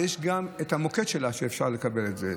ויש גם את המוקד שלה שבו אפשר לקבל את זה.